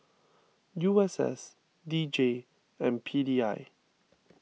U S S D J and P D I